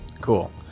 Cool